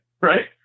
right